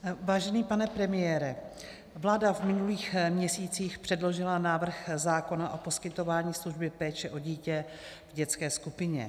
Vážený pane premiére, vláda v minulých měsících předložila návrh zákona o poskytování služby péče o dítě v dětské skupině.